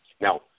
Now